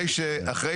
למה?